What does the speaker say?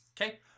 Okay